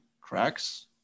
cracks